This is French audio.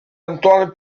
antoine